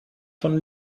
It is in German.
von